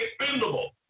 expendable